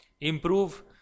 improve